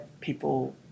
people